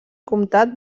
comtat